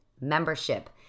membership